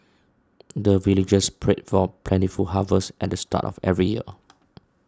the villagers pray for plentiful harvest at the start of every year